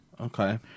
Okay